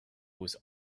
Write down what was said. was